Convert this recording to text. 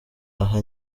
aha